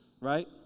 right